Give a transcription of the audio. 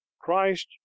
christ